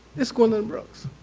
this gwendolyn brooks.